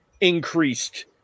increased